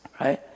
right